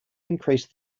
increased